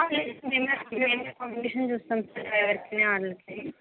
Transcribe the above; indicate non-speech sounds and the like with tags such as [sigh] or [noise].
[unintelligible]